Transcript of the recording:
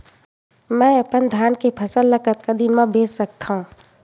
मैं अपन धान के फसल ल कतका दिन म बेच सकथो?